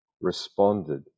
responded